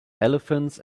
elephants